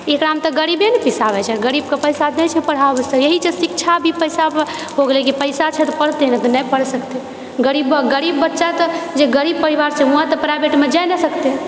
एकरामे तऽ गरीबे नहि पिसाबए छै गरीबके पैसा दए छै पढ़ाबए इएह से शिक्षाभी पैसा होगेले जॆ पैसा छै तऽ पढ़तेै नहि तऽ नहि पढ़ सकतै गरीब बच्चाकेँ जे गरीब परिवारसे वहाँ तऽ बच्चाकेँ प्राइवेटमे जाए नहि सकतै